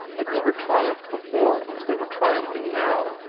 had never triumphed before as they were triumphing now.